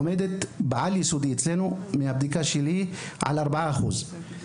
עומדת על ארבעה אחוזים.